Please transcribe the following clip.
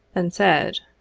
and said